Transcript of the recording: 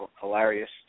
hilarious